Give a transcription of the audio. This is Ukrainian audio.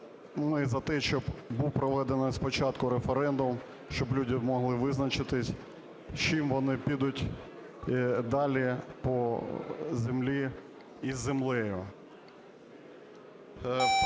– за те, щоб був проведений спочатку референдум, щоб люди могли визначитися, з чим вони підуть далі по землі і з землею.